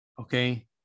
okay